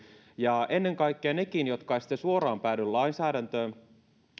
ja ennen kaikkea nekin jotka eivät suoraan päädy lainsäädäntöön